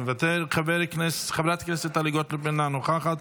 מוותר, חברת הכנסת טלי גוטליב, אינה נוכחת,